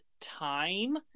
time